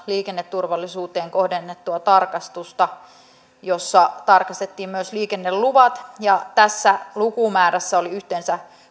liikenneturvallisuuteen kohdennettua tarkastusta joissa tarkistettiin myös liikenneluvat ja tässä lukumäärässä oli yhteensä